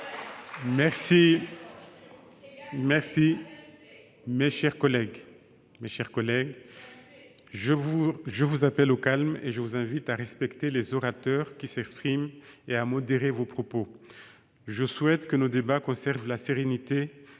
Mes chers collègues, je vous appelle au calme et vous invite à respecter les orateurs qui s'expriment et à modérer vos propos. Je souhaite que nos débats conservent la sérénité